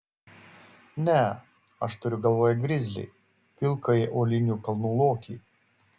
ne aš turiu galvoje grizlį pilkąjį uolinių kalnų lokį